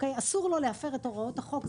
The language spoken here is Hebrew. אסור לו להפר את הוראות החוק,